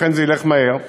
לכן זה ילך מהר,